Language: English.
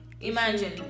Imagine